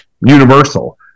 universal